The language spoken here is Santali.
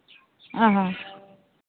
ᱚ ᱦᱚᱸ